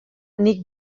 nik